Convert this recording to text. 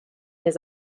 his